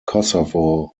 kosovo